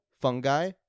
fungi